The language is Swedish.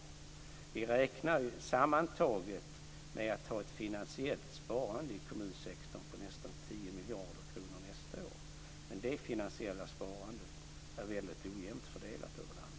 Sammantaget räknar vi med att man ska ha ett finansiellt sparande i kommunsektorn på nästan 10 miljarder kronor under nästa år, men det finansiella sparandet är mycket ojämnt fördelat över landet.